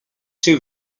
two